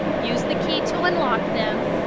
use the key to unlock them,